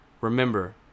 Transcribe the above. remember